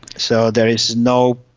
so there is no,